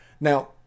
Now